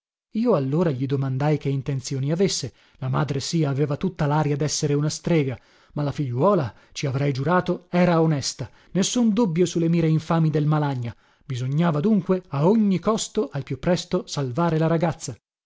io allora gli domandai che intenzioni avesse la madre sì aveva tutta laria dessere una strega ma la figliuola ci avrei giurato era onesta nessun dubbio su le mire infami del malagna bisognava dunque a ogni costo al più presto salvare la ragazza